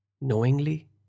knowingly